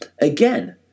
again